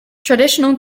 traditional